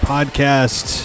Podcast